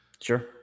Sure